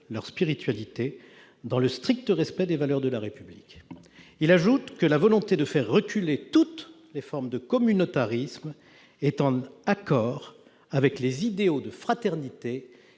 leur spiritualité dans le strict respect des valeurs de la République. Il a ajouté que la volonté de faire reculer toutes les formes de communautarisme est en accord avec les idéaux de fraternité